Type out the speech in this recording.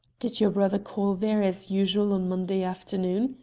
did your brother call there as usual on monday afternoon?